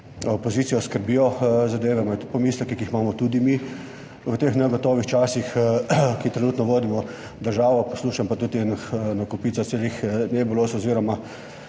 opozicijo skrbijo zadeve, imajo pomisleke, ki jih imamo tudi mi v teh negotovih časih, ki trenutno vodimo državo, poslušam pa tudi eno kopico nebuloz oziroma